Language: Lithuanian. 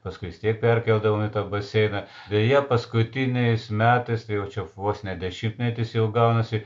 paskui vis tiek perkeldavom į tą baseiną beje paskutiniais metais tai jau čia vos ne dešimtmetis jau gaunasi